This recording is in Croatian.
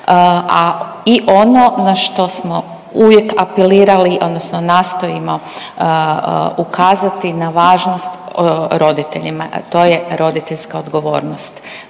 i ono na što smo uvijek apelirali, odnosno nastojimo ukazati na važnost roditeljima, a to je roditeljska odgovornost.